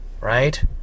right